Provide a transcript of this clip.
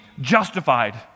justified